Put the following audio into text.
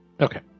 Okay